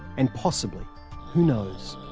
and possibly who knows?